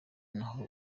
naho